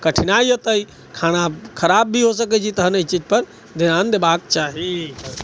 कठिनाइ औते खाना खराब भी हो सकैत छै तहन ई चीज पर ध्यान देबाक चाही